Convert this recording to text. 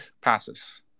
passes